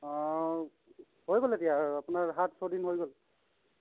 অ হৈ গ'ল এতিয়া আপোনাৰ সাত ছয়দিন হৈ গ'ল